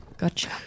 Gotcha